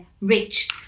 rich